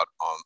on